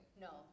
No